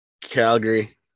Calgary